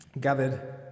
gathered